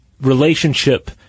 relationship